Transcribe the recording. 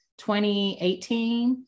2018